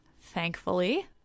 thankfully